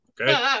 Okay